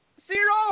zero